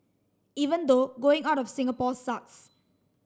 even though going out of Singapore sucks